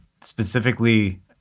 Specifically